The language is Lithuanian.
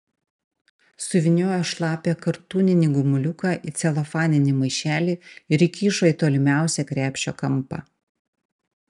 suvyniojo šlapią kartūninį gumuliuką į celofaninį maišelį ir įkišo į tolimiausią krepšio kampą